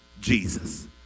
Jesus